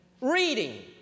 reading